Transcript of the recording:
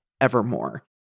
Evermore